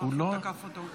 כי הוא תקף אותו.